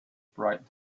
bright